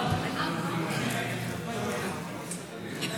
באמת, יש סעיף כזה, שיש לו סמכות גורפת לתת